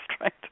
right